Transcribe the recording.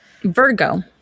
Virgo